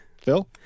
Phil